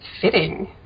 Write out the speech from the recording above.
fitting